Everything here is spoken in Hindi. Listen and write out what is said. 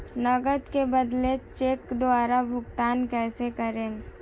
नकद के बदले चेक द्वारा भुगतान कैसे करें?